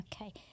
Okay